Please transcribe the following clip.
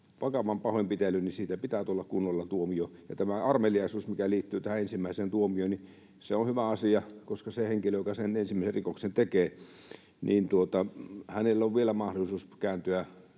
vakavan pahoinpitelyn, niin siitä pitää tulla kunnolla tuomio. Tämä armeliaisuus, mikä liittyy tähän ensimmäiseen tuomioon, on hyvä asia, koska sillä henkilöllä, joka sen ensimmäisen rikoksen tekee, on vielä mahdollisuus kääntyä